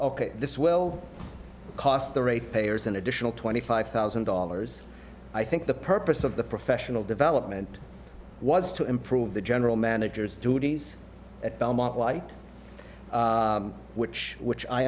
ok this will cost the ratepayers an additional twenty five thousand dollars i think the purpose of the professional development was to improve the general manager's duties at belmont light which which i